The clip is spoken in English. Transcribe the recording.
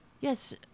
Yes